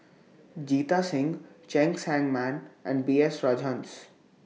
Jita Singh Cheng Tsang Man and B S Rajhans